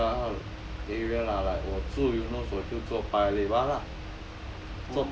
在我家 area lah like 我住 eunos 我就做 paya lebar lah